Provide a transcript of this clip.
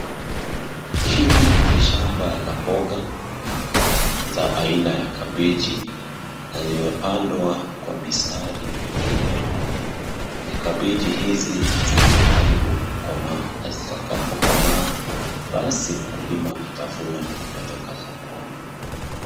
Hili ni shamba la mboga za aina ya kabeji, na zimepandwa kwa mistari mirefu, na kabeji hizi, ziko karibu kukomaa, na zitakapokomaa, basi mkulima atavuna na kupeleka sokoni.